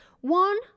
One